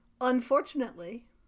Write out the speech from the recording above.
Unfortunately